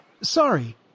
Sorry